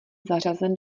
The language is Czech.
zařazen